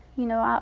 you know?